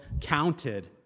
counted